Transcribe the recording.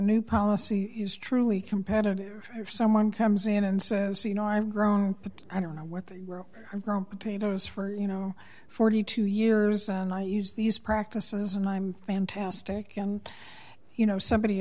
new policy is truly competitive drive someone comes in and says you know i've grown but i don't know what i'm grown potatoes for you know forty two years and i use these practices and i'm fantastic and you know somebody